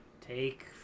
Take